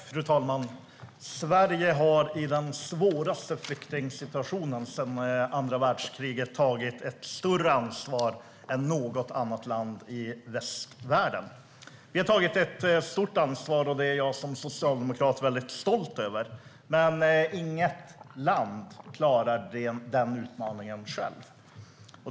Fru talman! Sverige har i den svåraste flyktingsituationen sedan andra världskriget tagit ett större ansvar än något annat land i västvärlden. Vi har tagit ett stort ansvar, och det är jag som socialdemokrat väldigt stolt över. Men inget land klarar ensam den utmaningen.